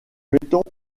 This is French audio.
mettons